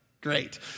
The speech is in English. great